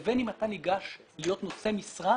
או בגמ"ח שמנהל 30 מיליון שקלים.